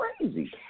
crazy